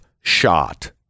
shot